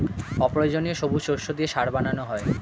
অপ্রয়োজনীয় সবুজ শস্য দিয়ে সার বানানো হয়